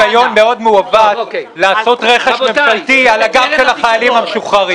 זה הגיון מאוד מעוות לעשות רכש מרכזי על הגב של החיילים המשוחררים.